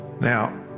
Now